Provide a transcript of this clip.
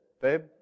babe